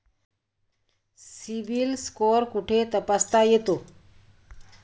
CIBIL score कुठे तपासता येतो?